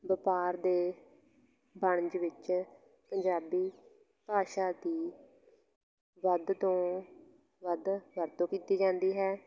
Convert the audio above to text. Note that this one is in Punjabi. ਵਪਾਰ ਦੇ ਵਣਜ ਵਿੱਚ ਪੰਜਾਬੀ ਭਾਸ਼ਾ ਦੀ ਵੱਧ ਤੋਂ ਵੱਧ ਵਰਤੋਂ ਕੀਤੀ ਜਾਂਦੀ ਹੈ